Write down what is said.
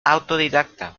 autodidacta